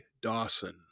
Dawson